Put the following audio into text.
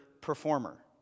performer